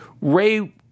Ray